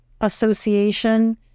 association